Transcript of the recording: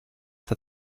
that